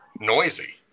noisy